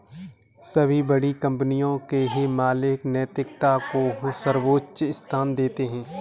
सभी बड़ी कंपनी के मालिक नैतिकता को सर्वोच्च स्थान देते हैं